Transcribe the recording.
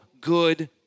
good